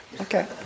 Okay